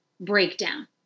breakdown